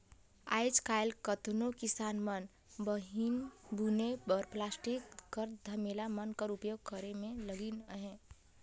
आएज काएल केतनो किसान मन बीहन बुने बर पलास्टिक कर धमेला मन कर उपियोग करे मे लगिन अहे